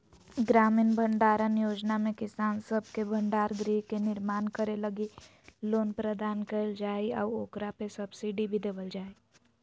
ग्रामीण भंडारण योजना में किसान सब के भंडार गृह के निर्माण करे लगी लोन प्रदान कईल जा हइ आऊ ओकरा पे सब्सिडी भी देवल जा हइ